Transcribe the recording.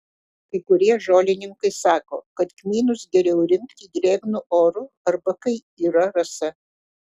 kai kurie žolininkai sako kad kmynus geriau rinkti drėgnu oru arba kai yra rasa